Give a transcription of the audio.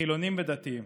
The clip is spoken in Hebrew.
חילונים ודתיים,